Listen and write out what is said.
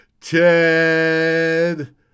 Ted